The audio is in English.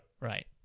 Right